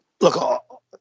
Look